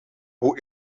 who